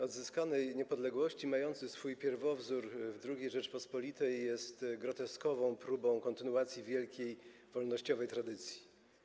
Odzyskanej Niepodległości mający swój pierwowzór w II Rzeczypospolitej jest groteskową próbą kontynuacji wielkiej wolnościowej tradycji.